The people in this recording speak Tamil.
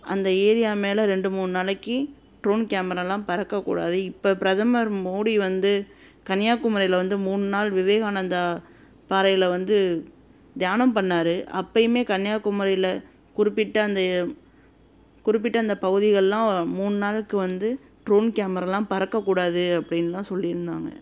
அந்த ஏரியா மேலே ரெண்டு மூணு நாளைக்கு ட்ரோன் கேமராலாம் பறக்கக்கூடாது இப்போ பிரதமர் மோடி வந்து கன்னியாகுமாரில வந்து மூணு நாள் விவேகானந்தா பாறையில் வந்து தியானம் பண்ணார் அப்பயுமே கன்னியாகுமாரில குறிப்பிட்ட அந்த குறிப்பிட்ட அந்த பகுதிகள்லாம் மூணு நாளுக்கு வந்து ட்ரோன் கேமராவெலம் பறக்கக்கூடாது அப்படின்லாம் சொல்லியிருந்தாங்க